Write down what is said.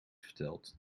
verteld